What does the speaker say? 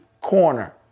corner